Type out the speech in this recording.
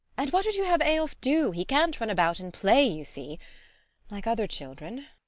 and what would you have eyolf do? he can't run about and play, you see like other children.